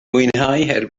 mwynhau